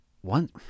One